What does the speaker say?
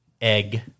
egg